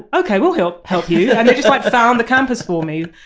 okay we'll help help you and they just like found the campus for me.